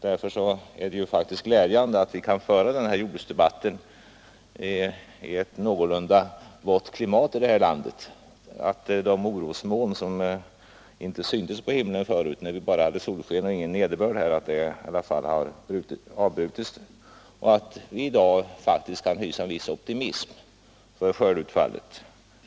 Därför är det faktiskt glädjande att vi kan föra denna jordbruksdebatt i ett någorlunda vått klimat i landet, att de moln som inte syntes på himlen när vi bara hade solsken och ingen nederbörd i alla fall kommit med regn och att vi i dag kan hysa viss optimism för skördeutfallet.